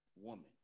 Woman